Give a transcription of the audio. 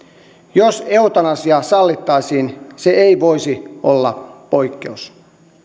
jos eutanasia sallittaisiin se ei voisi olla poikkeus